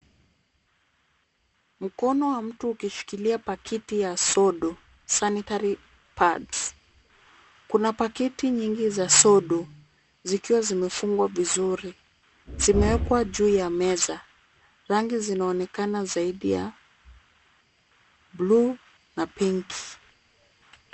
Mkono wa mtu ukishikilia pakiti ya sodo. sanitary pads . Kuna paketi nyingi za sodo, zikiwa zimefungwa vizuri. Zimewekwa juu ya meza . Rangi zinaonekana zaidi ya buluu na pinki.